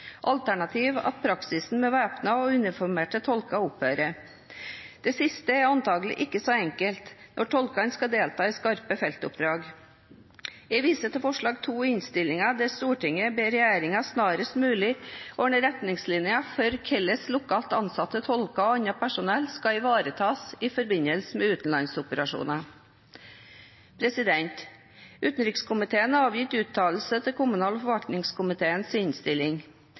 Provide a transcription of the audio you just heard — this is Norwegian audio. at praksisen med væpnede og uniformerte tolker opphører. Det siste er antagelig ikke så enkelt når tolkene skal delta i skarpe feltoppdrag. Jeg viser til II i innstillingen, der Stortinget ber regjeringen snarest mulig lage retningslinjer for hvordan lokalt ansatte tolker og annet personell skal ivaretas i forbindelse med utenlandsoperasjoner. Utenriks- og forsvarskomiteen har avgitt uttalelse til kommunal- og forvaltningskomiteens innstilling.